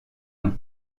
nom